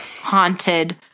haunted